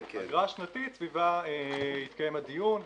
האגרה השנתית סביבה התקיים הדיון,